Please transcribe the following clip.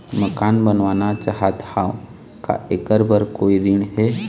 मकान बनवाना चाहत हाव, का ऐकर बर कोई ऋण हे?